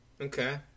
okay